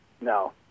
No